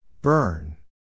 Burn